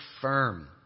firm